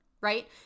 right